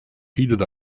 heated